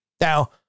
Now